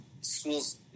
schools